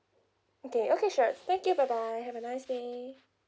okay okay sure thank you bye bye have a nice day